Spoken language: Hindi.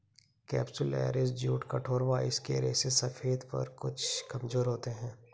कैप्सुलैरिस जूट कठोर व इसके रेशे सफेद पर कुछ कमजोर होते हैं